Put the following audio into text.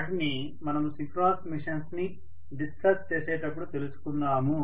వాటిని మనము synchronous machines ని డిస్కస్ చేసేటపుడు తెలుసుకుందాము